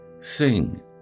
sing